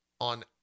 on